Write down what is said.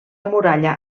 muralla